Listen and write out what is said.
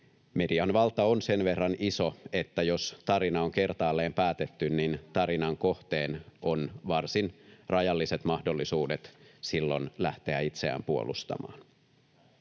median valta on sen verran iso, että jos tarina on kertaalleen päätetty, niin tarinan kohteella on varsin rajalliset mahdollisuudet silloin lähteä itseään puolustamaan.